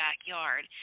backyard